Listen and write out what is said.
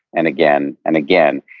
and again, and again.